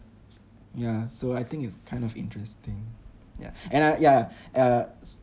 ya so I think it's kind of interesting yeah and I ya uh s~